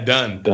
Done